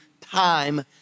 time